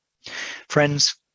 friends